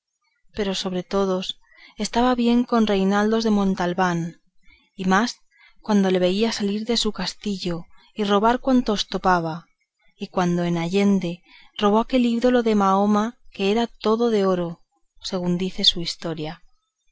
pero sobre todos estaba bien con reinaldos de montalbán y más cuando le veía salir de su castillo y robar cuantos topaba y cuando en allende robó aquel ídolo de mahoma que era todo de oro según dice su historia